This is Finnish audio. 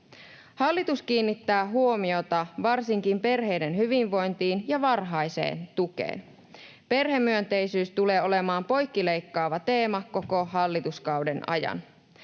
Hallitus kiinnittää huomiota varsinkin perheiden hyvinvointiin ja varhaiseen tukeen. Perhemyönteisyys tulee olemaan poikkileikkaava teema koko hallituskauden ajan.